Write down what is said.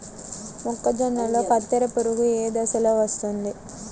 మొక్కజొన్నలో కత్తెర పురుగు ఏ దశలో వస్తుంది?